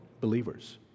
believers